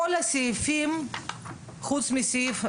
כאמור, הוספתי את סעיף 5